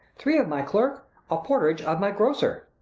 three of my clerk! a portague of my grocer!